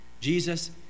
Jesus